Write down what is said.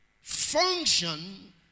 function